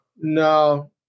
No